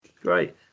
Great